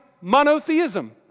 monotheism